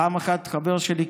פעם אחת חבר שלי,